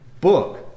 book